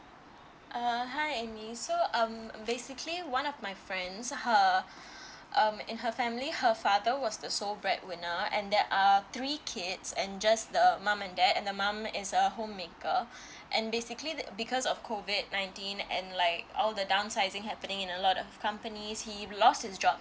uh hi amy so um basically one of my friends her um in her family her father was the sole breadwinner and there are three kids and just the mom and dad and the my mum is a homemaker and basically because of COVID nineteen and like all the downsizing happening in a lot of companies he lost his job